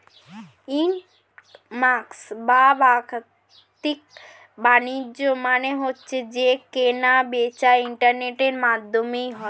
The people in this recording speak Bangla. ই কমার্স বা বাদ্দিক বাণিজ্য মানে হচ্ছে যেই কেনা বেচা ইন্টারনেটের মাধ্যমে হয়